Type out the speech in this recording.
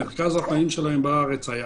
מרכז החיים שלהם בארץ היה,